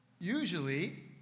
Usually